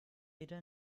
wieder